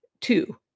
two